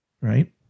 right